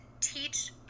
teach